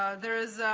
ah there is